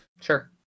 Sure